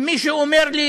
אם מישהו אומר לי,